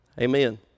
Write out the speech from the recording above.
Amen